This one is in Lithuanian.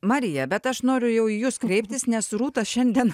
marija bet aš noriu jau į jus kreiptis nes rūta šiandien